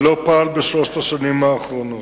שלא פעל בשלוש השנים האחרונות.